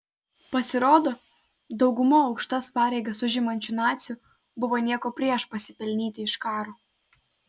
pasirodo dauguma aukštas pareigas užimančių nacių buvo nieko prieš pasipelnyti iš karo